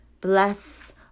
bless